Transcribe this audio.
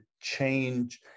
change